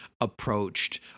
approached